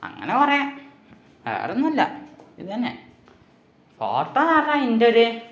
അങ്ങനെ കുറേ വേറെയൊന്നുമില്ല ഇതുതന്നെ ഫോട്ടോ ആക്കാൻ ഇൻറ്റൊര്